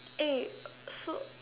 eh so